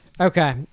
Okay